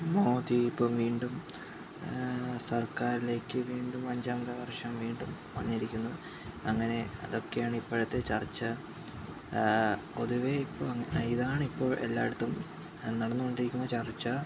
മോദി ഇപ്പം വീണ്ടും സര്ക്കാരിലേക്ക് വീണ്ടും അഞ്ചാം വര്ഷം വീണ്ടും വന്നിരിക്കുന്നു അങ്ങനെ അതൊക്കെയാണ് ഇപ്പോഴത്തെ ചര്ച്ച പൊതുവേ ഇപ്പം ഇതാണിപ്പം എല്ലായിടത്തും നടന്നുകൊണ്ടിരിക്കുന്ന ചര്ച്ച